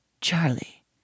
Charlie